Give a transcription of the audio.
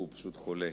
הוא פשוט חולה.